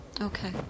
okay